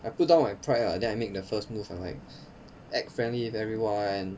I put down my pride lah then I make the first move I'm like act friendly with everyone